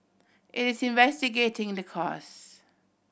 it is investigating the cause